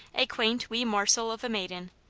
a quaint, wee morsel of a maiden,